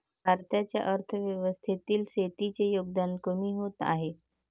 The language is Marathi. भारताच्या अर्थव्यवस्थेतील शेतीचे योगदान कमी होत आहे